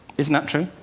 isn't that true?